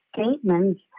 statements